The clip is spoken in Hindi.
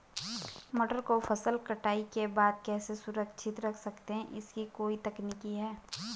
मटर को फसल कटाई के बाद कैसे सुरक्षित रख सकते हैं इसकी कोई तकनीक है?